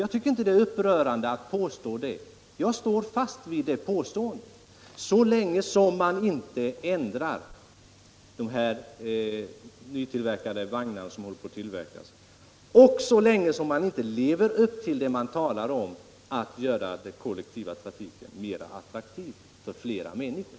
Jag tycker inte att det är upprörande att påstå det; jag står fast vid det påståendet så länge man inte förbättrar utrymmesstandarden i de vagnar som nu håller på att tillverkas, så länge man inte lever upp till talet om att göra den kollektiva trafiken mera attraktiv för fler människor.